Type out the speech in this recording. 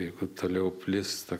jeigu toliau plis ta